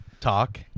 talk